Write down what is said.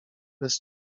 bez